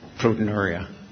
proteinuria